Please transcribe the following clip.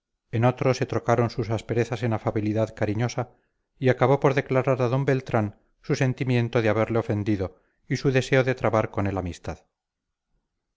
en otro se trocaron sus asperezas en afabilidad cariñosa y acabó por declarar a d beltrán su sentimiento de haberle ofendido y su deseo de trabar con él amistad